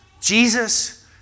Jesus